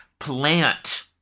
plant